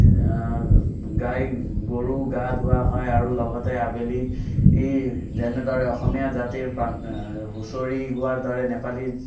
গাই গৰু গা ধুওৱা হয় আৰু লগতে আবেলি যেনেদৰে অসমীয়া জাতিৰ প্ৰাণ হুচৰি গোৱাৰ দৰে নেপালীৰ